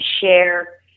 share